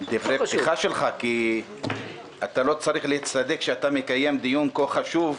אתה לא צריך להצטדק שאתה מקיים דיון כה חשוב,